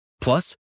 Plus